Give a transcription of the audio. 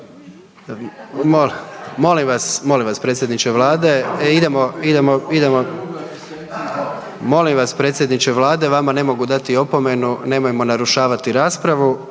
molim vas predsjedniče vlade, vama ne mogu dati opomenu, nemojmo narušavati raspravu.